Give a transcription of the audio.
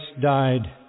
died